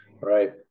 right